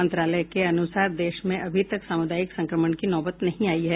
मंत्रालय के अनुसार देश में अभी तक सामुदायिक संक्रमण की नौबत नहीं आई है